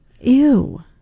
Ew